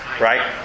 Right